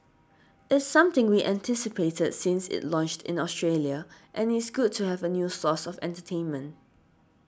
it's something we anticipated since it launched in Australia and it's good to have a new source of entertainment